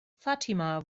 fatima